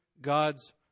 God's